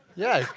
yeah.